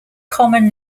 common